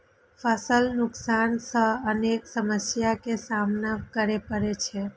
फसल नुकसान सं अनेक समस्या के सामना करै पड़ै छै